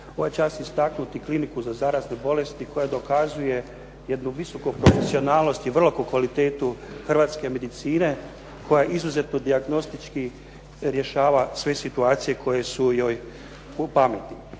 ovaj čas istaknuti kliniku za zarazne bolesti koja dokazuje jednu visoku profesionalnost i veliku kvalitetu hrvatske medicine koja izuzetno dijagnostički rješava sve situacije koje su joj u pameti.